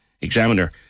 Examiner